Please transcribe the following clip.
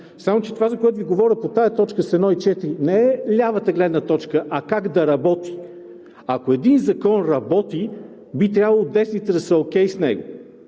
Само че това, за което Ви говоря по тази точка с 1,4, не е лявата гледната точка, а как да работи? Ако един закон работи, би трябвало десните да са окей с него.